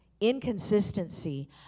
inconsistency